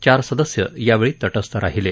चार सदस्य यावेळी तटस्थ राहीले